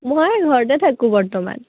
মই ঘৰতে থাকোঁ বৰ্তমান